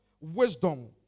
wisdom